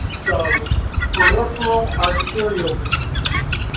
so peripheral arterial disease,